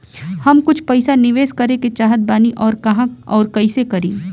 हम कुछ पइसा निवेश करे के चाहत बानी और कहाँअउर कइसे करी?